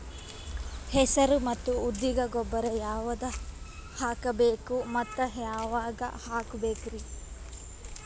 ಹೆಸರು ಮತ್ತು ಉದ್ದಿಗ ಗೊಬ್ಬರ ಯಾವದ ಹಾಕಬೇಕ ಮತ್ತ ಯಾವಾಗ ಹಾಕಬೇಕರಿ?